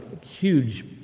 Huge